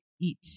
eat